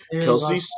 Kelsey